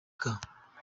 bwa